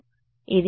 విద్యార్థి సార్